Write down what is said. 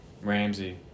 ramsey